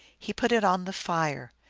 he put it on the fire.